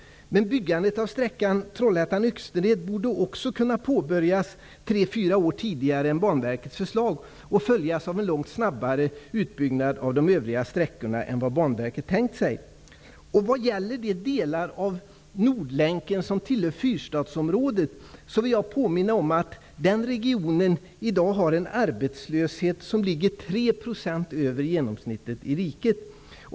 Men byggandet av sträckan Trollhättan--Öxnered borde också kunna påbörjas tre fyra år tidigare än Banverkets förslag säger och följas av en långt snabbare utbyggnad av de övriga sträckorna än vad Banverket tänkt sig. Fyrstadsområdet vill jag påminna om att den regionen i dag har en arbetslöshet som ligger 3 % över genomsnittet i riket.